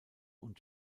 und